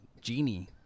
genie